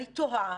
אני תוהה,